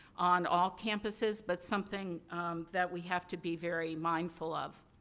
on all campuses, but something that we have to be very mindful of.